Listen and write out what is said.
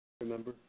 remember